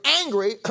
angry